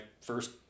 first